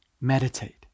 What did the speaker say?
meditate